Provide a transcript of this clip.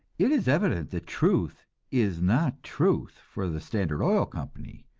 it is evident that truth is not truth for the standard oil company,